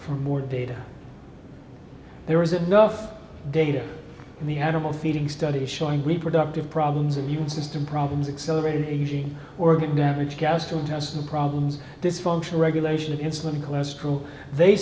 for more data there isn't enough data in the animal feeding studies showing reproductive problems and even system problems accelerated e g organ damage gastrointestinal problems this functional regulation of insulin cholesterol they